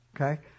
okay